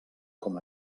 com